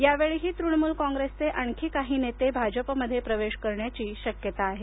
यावेळीही तृणमूल कॉंग्रेसचे आणखी काही नेते भाजपमध्ये प्रवेश करण्याची शक्यता आहे